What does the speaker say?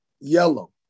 yellow